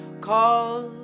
cause